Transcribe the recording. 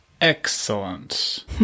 Excellent